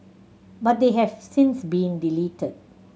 but they have since been deleted